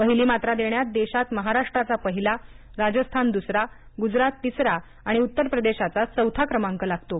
पहिली मात्रा देण्यात देशात महाराष्ट्राचा पहिला राजस्थानचा दुसरा गुजरातचा तिसरा आणि उत्तरप्रदेशाचा चौथा क्रमांक लागतो